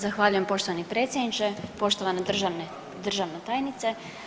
Zahvaljujem poštovani predsjedniče, poštovana državna tajnice.